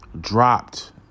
dropped